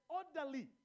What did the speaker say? orderly